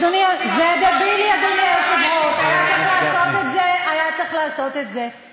היום עושים עבודות עם פיקוח נפש.